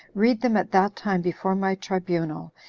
read them at that time before my tribunal,